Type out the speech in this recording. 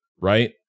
Right